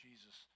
Jesus